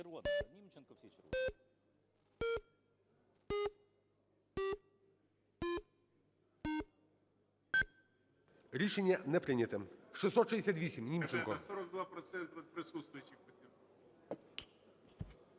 Рішення не прийнято. 668, Німченко.